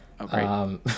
Okay